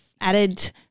added